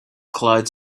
clouds